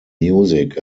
music